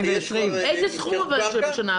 איזה סכום בשנה הבאה?